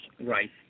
right